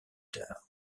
tard